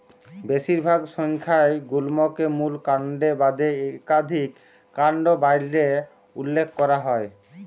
বেশিরভাগ সংখ্যায় গুল্মকে মূল কাল্ড বাদে ইকাধিক কাল্ড ব্যইলে উল্লেখ ক্যরা হ্যয়